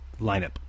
lineup